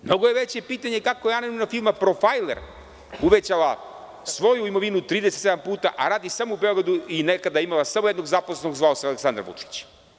Mnogo je veće pitanje kako je anonimna firma „Profajler“ uvećala svoju imovinu 37 puta a radi samo u Beogradu i nekada je imala samo jednog zaposlenog koji se zvao Aleksandar Vučić?